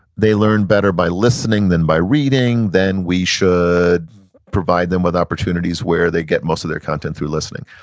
they learn better by listening than by reading, then we should provide them with opportunities where they get most of their content through listening.